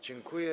Dziękuję.